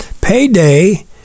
payday